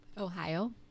Ohio